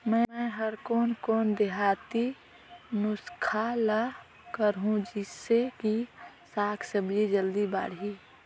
मै हर कोन कोन देहाती नुस्खा ल करहूं? जिसे कि साक भाजी जल्दी बाड़ही?